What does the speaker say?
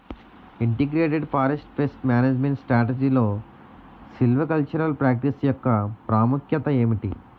Integrated forest pest management స్ట్రాటజీలో silvicultural practice యెక్క ప్రాముఖ్యత ఏమిటి??